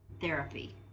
therapy